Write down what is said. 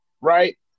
right